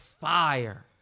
fire